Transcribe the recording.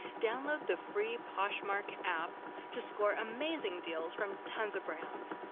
download the free poshmark app to score amazing deals from tons of brands.